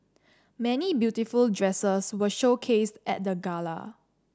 many beautiful dresses were showcased at the gala